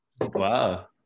Wow